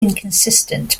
inconsistent